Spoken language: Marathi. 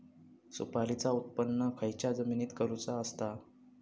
सुपारीचा उत्त्पन खयच्या जमिनीत करूचा असता?